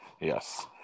Yes